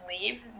leave